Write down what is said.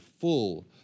full